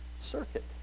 Circuit